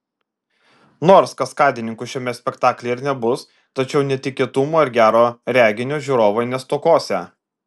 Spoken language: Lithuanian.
nors kaskadininkų šiame spektaklyje ir nebus tačiau netikėtumų ir gero reginio žiūrovai nestokosią